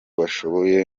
bashoboye